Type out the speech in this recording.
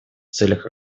целях